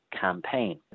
campaign